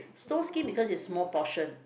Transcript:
snowskin because is small portion